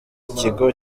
ikigo